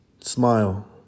smile